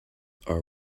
are